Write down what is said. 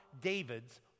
David's